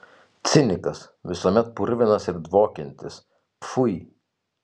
cinikas visuomet purvinas ir dvokiantis pfui